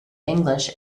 english